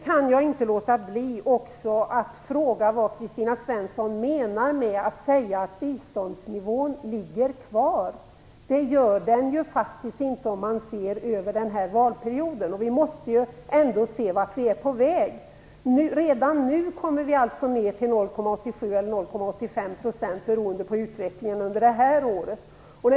Jag kan inte låta bli att fråga vad Kristina Svensson menar med att säga att biståndsnivån ligger kvar. Det gör den ju inte, om man ser över den här valperioden. Vi måste ändå se vart vi är på väg. Redan nu går nivån alltså ned till 0,87 eller 0,85 %, beroende på utvecklingen under det här året.